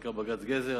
שנקרא בג"ץ גזר,